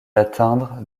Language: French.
atteindre